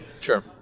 sure